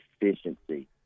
efficiency